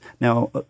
Now